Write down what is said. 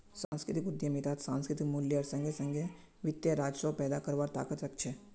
सांस्कृतिक उद्यमितात सांस्कृतिक मूल्येर संगे संगे वित्तीय राजस्व पैदा करवार ताकत रख छे